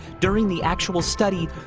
during the actual study,